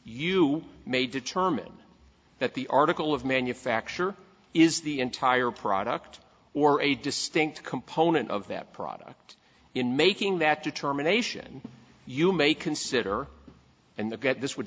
you may determine that the article of manufacture is the entire product or a distinct component of that product in making that determination you may consider and the get this would